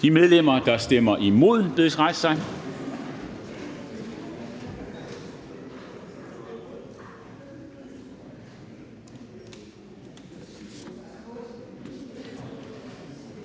De medlemmer, der stemmer imod, bedes rejse sig.